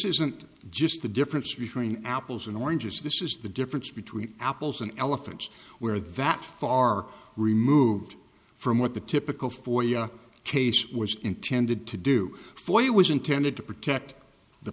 isn't just the difference between apples and oranges this is the difference between apples and elephant where that far removed from what the typical for your case was intended to do for you it was intended to protect the